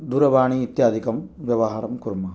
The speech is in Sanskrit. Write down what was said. दूरवाणी इत्यादिकं व्यवहारं कुर्मः